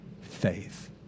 faith